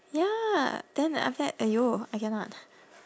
ya then like after that !aiyo! I cannot